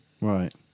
Right